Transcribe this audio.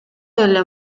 эле